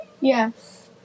Yes